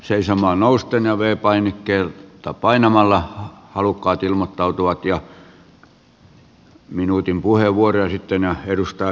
seisomaan nousten ja v painiketta painamalla halukkaat ilmoittautuvat ja minuutin puheenvuoroja sitten